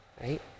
right